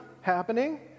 happening